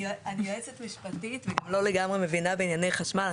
אני יועצת משפטית ולא לגמרי מבינה בענייני חשמל.